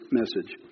message